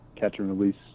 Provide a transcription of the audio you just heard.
catch-and-release